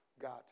God